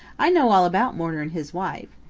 i know all about mourner and his wife.